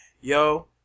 yo